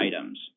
items